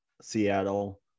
Seattle